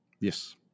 Yes